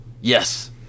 Yes